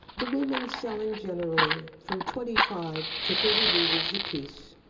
the women selling generally from twenty five to thirty rubles a piece,